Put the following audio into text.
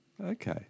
okay